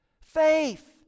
Faith